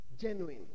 genuine